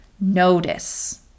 Notice